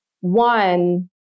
one